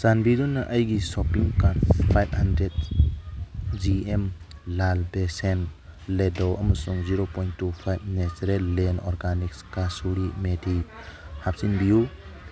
ꯆꯥꯟꯕꯤꯗꯨꯅ ꯑꯩꯒꯤ shopping cart five hundred G M ꯂꯥꯜ ꯄꯦꯁꯦꯝ ꯂꯦꯗꯦ ꯑꯃꯁꯨꯡ ꯖꯦꯔꯣ ꯄꯣꯏꯟ ꯇꯨ ꯐꯥꯏꯚ ꯅꯦꯆꯔꯦꯜꯂꯦꯟ ꯑꯣꯔꯒꯥꯅꯤꯛꯁ ꯀꯥꯁꯨꯔꯤ ꯃꯦꯒꯤ ꯍꯥꯞꯆꯤꯟꯕꯤꯌꯨ